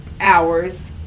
hours